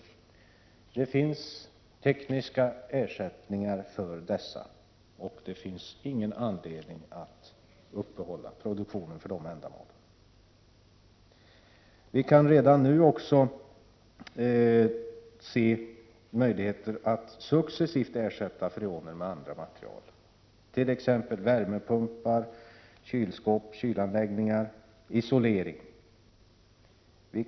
Det finns tekniska ersättningar inom dessa användningsområden, och det finns ingen anledning att upprätthålla produktionen för dessa ändamål. Vi kan redan nu se möjligheter att successivt ersätta freoner med andra material. Det gäller t.ex. i värmepumpar, kylskåp, kylanläggningar och isoleringsmaterial.